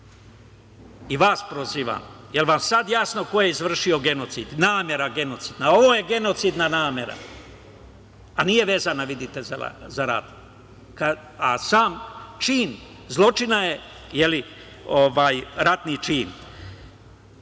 i vas prozivam, jel vam sad jasno ko je izvršio genocid? Ovo je genocidna namera, a nije vezana, vidite, za rat. A sam čin zločina je ratni